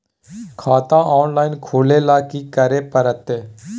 खाता ऑनलाइन खुले ल की करे परतै?